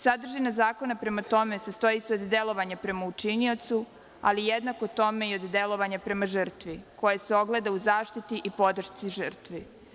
Sadržina zakona, prema tome, sastoji se od delovanja prema učiniocu, ali jednako tome i od delovanja prema žrtvi, koje se ogleda u zaštiti i podršci žrtvi.